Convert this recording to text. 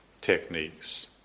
techniques